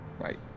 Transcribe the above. Right